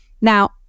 now